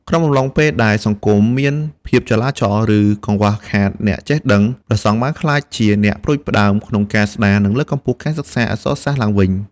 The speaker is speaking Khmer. ក្នុងអំឡុងពេលដែលសង្គមមានភាពចលាចល ឬកង្វះខាតអ្នកចេះដឹង ព្រះសង្ឃបានក្លាយជាអ្នកផ្ដួចផ្ដើមក្នុងការស្តារ និងលើកកម្ពស់ការសិក្សាអក្សរសាស្ត្រឡើងវិញ។